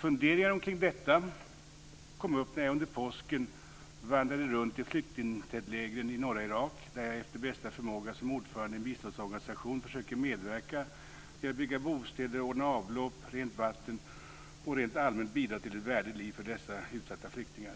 Funderingar omkring detta kom upp när jag under påsken vandrade runt i flyktingtältlägren i norra Irak, där jag efter bästa förmåga som ordförande i en biståndsorganisation försöker medverka till att bygga bostäder, ordna avlopp och rent vatten och rent allmänt bidra till ett värdigt liv för dessa utsatta flyktingar.